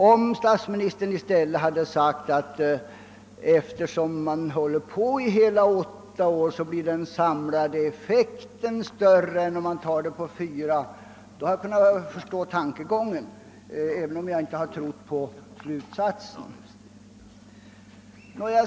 Om statsministern i stället hade sagt att eftersom man delar upp höjningarna på åtta år blir den samlade effekten större än om man delar upp dem på fyra år hade jag förstått tankegången, även om jag inte hade trott på slutsatsen.